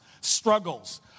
struggles